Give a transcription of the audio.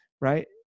right